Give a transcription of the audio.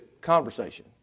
Conversation